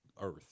earth